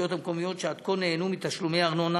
ברשויות המקומיות שעד כה נהנו מתשלומי ארנונה